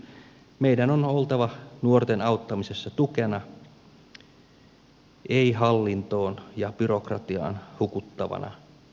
meidän on oltava nuorten auttamisessa tukena ei hallintoon ja byrokratiaan hukuttavana esteenä